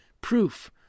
Proof